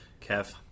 Kev